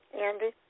Andy